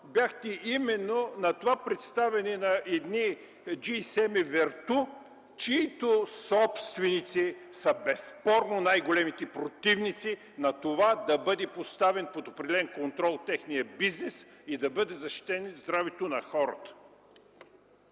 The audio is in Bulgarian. бяхте именно на това представяне на едни GSM-и „Верту”, чиито собственици са безспорно най-големите противници на това да бъде поставен под определен контрол техният бизнес и да бъде защитено здравето на хората.